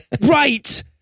Right